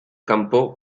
campo